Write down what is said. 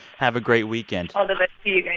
have a great weekend all the but you know